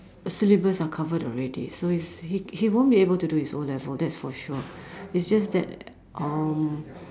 syllabus are covered already so he's he he won't be able to do his O-level that's for sure it's just that um